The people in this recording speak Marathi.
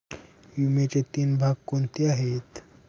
विम्याचे तीन भाग कोणते आहेत?